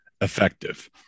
effective